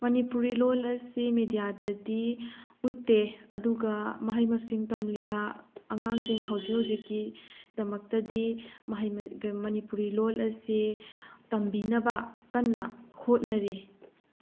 ꯃꯅꯤꯄꯨꯔꯤ ꯂꯣꯜ ꯑꯁꯤ ꯃꯦꯗꯤꯌꯥꯗꯗꯤ ꯎꯠꯇꯦ ꯑꯗꯨꯒ ꯃꯍꯩ ꯃꯁꯤꯡ ꯇꯝꯂꯤꯕ ꯑꯉꯥꯡꯁꯤꯡ ꯍꯧꯖꯤꯛ ꯍꯧꯖꯤꯛꯀꯤ ꯗꯃꯛꯇꯗꯤ ꯃꯍꯩ ꯃꯅꯤꯄꯨꯔꯤ ꯂꯣꯜ ꯑꯁꯤ ꯇꯝꯕꯤꯅꯕ ꯀꯟꯅ ꯍꯣꯠꯅꯔꯤ